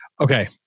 Okay